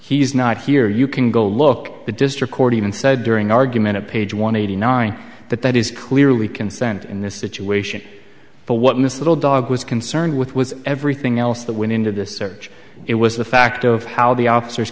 he's not here you can go look at the district court even said during argument at page one eighty nine that that is clearly consent in this situation but what miss little dog was concerned with was everything else that went into this search it was the fact of how the officers